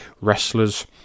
wrestlers